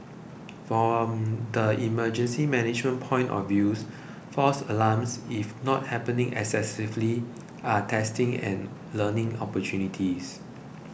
from the emergency management point of views false alarms if not happening excessively are testing and learning opportunities